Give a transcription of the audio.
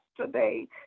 Today